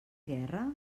guerra